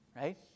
right